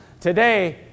today